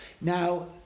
Now